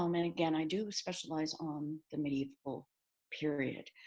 um and again, i do specialize on the medieval period.